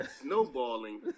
Snowballing